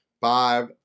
five